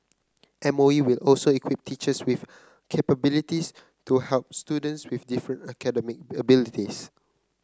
M O E will also equip teachers with capabilities to help students with different academic abilities